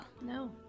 No